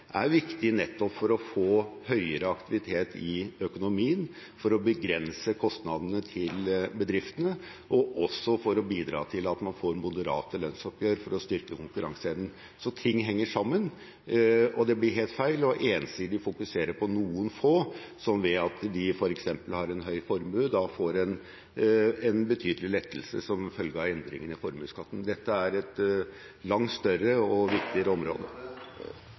er viktig nettopp for å få høyere aktivitet i økonomien, for å begrense kostnadene til bedriftene og også for å bidra til at man får moderate lønnsoppgjør for å styrke konkurranseevnen. Ting henger sammen, og det blir helt feil ensidig å fokusere på noen få, som ved at de f.eks. har en høy formue, får en betydelig lettelse som følge av endringene i formuesskatten. Dette er et langt større og